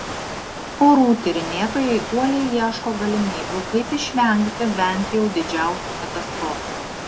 orų tyrinėtojai uoliai ieško galimybių kaip išvengti bent jau didžiausių katastrofų